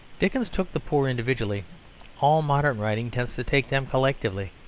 dickens took the poor individually all modern writing tends to take them collectively.